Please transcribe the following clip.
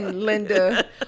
Linda